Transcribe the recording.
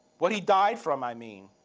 what he died, from i mean?